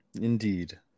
Indeed